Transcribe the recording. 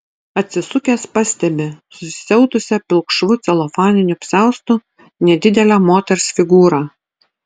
atsisukęs pastebi susisiautusią pilkšvu celofaniniu apsiaustu nedidelę moters figūrą